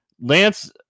lance